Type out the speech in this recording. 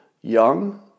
Young